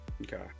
Okay